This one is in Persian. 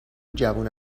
جوونا